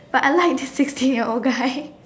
but I like the sixteen year old guy